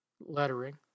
lettering